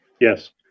Yes